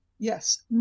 Yes